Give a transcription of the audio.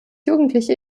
jugendliche